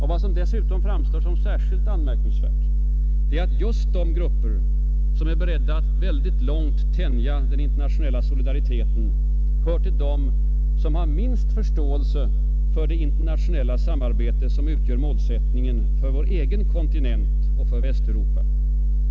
Vad som dessutom framstår som särskilt anmärkningsvärt är att just de grupper, som är beredda att mycket långt tänja den internationella solidariteten, hör till dem som har minst förståelse för det internationella samarbete som utgör målsättningen för vår egen kontinent och för Västeuropa.